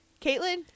caitlin